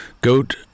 goat